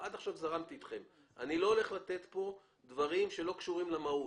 עד עכשיו זרמתי אתכם אבל אני לא הולך לתת כאן דברים שלא קשורים למהות.